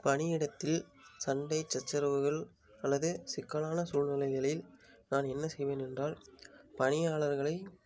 பணியிடத்தில் சண்டை சச்சரவுகள் அல்லது சிக்கலான சூழ்நிலைகளில் நான் என்ன செய்வேன் என்றால் பணியாளர்களை